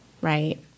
right